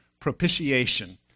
propitiation